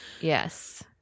Yes